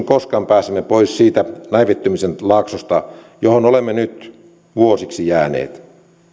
koskaan pääsemme pois siitä näivettymisen laaksosta johon olemme nyt vuosiksi jääneet